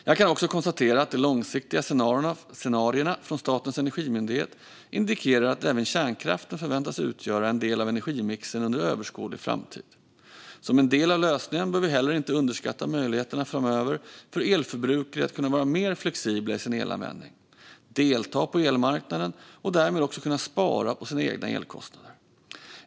Jag kan också konstatera att de långsiktiga scenarierna från Statens energimyndighet indikerar att även kärnkraften förväntas utgöra en del av energimixen under överskådlig framtid. Som en del av lösningen bör vi heller inte underskatta möjligheterna framöver för elförbrukare att kunna vara mer flexibla i sin elanvändning, delta på elmarknaden och därmed också kunna spara på sina egna elkostnader.